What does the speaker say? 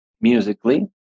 Musically